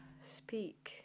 speak